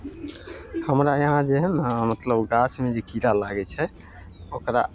हमरा यहाँ जे हइ ने मतलब गाछमे जे कीड़ा लागय छै ओकरा